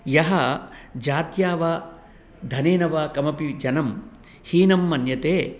यः जात्या वा धनेन वा कमपि जनं हीनं मन्यते